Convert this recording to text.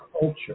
culture